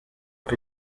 uko